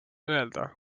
öelda